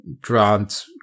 grant